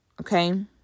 okay